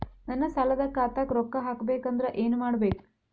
ನನ್ನ ಸಾಲದ ಖಾತಾಕ್ ರೊಕ್ಕ ಹಾಕ್ಬೇಕಂದ್ರೆ ಏನ್ ಮಾಡಬೇಕು?